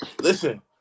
listen